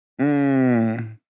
Mmm